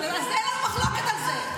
אז אין לנו מחלוקת על זה.